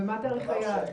ומה תאריך היעד?